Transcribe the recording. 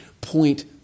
point